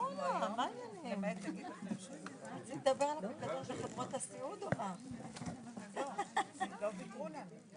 הישיבה ננעלה בשעה 10:00.